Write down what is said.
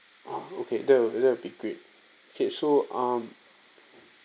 oh okay that'll that'll be great okay so um